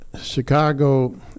Chicago